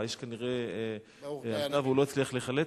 האש כנראה עלתה והוא לא הצליח להיחלץ.